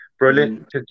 Brilliant